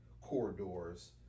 corridors